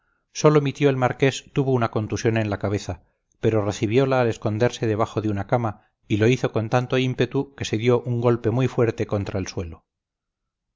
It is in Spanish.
mi tío el marqués tuvo una contusión en la cabeza pero recibiola al esconderse debajo de una cama y lo hizo con tanto ímpetu que se dio un golpe muy fuerte contra el suelo